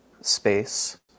space